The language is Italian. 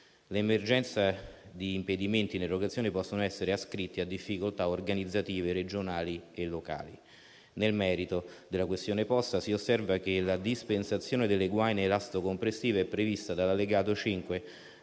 L'emergenza di impedimenti nell'erogazione può essere ascritta a difficoltà organizzative regionali e locali. Nel merito della questione posta, si osserva che la dispensazione delle guaine elasto-compressive è prevista dall'allegato 5